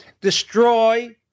destroy